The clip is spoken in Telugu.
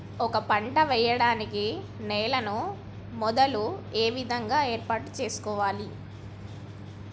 ఒక పంట వెయ్యడానికి నేలను మొదలు ఏ విధంగా ఏర్పాటు చేసుకోవాలి?